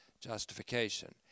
justification